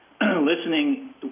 Listening